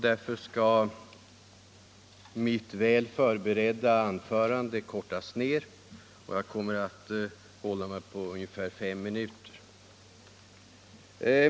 Därför skall mitt väl förberedda anförande kortas ned, och jag kommer att hålla mig till ungefär fem minuter.